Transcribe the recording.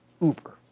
Uber